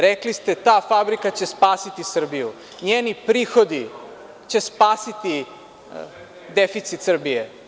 Rekli ste – ta fabrika će spasiti Srbiju, njeni prihodi će spasiti deficit Srbije.